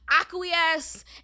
acquiesce